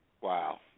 Wow